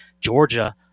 Georgia